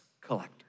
collector